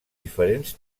diferents